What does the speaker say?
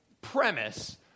premise